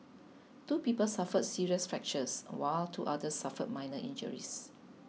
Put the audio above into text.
two people suffered serious fractures while two others suffered minor injuries